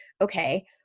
okay